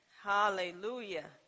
hallelujah